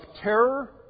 terror